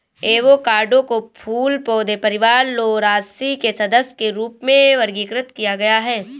avocado को फूल पौधे परिवार लौरासी के सदस्य के रूप में वर्गीकृत किया गया है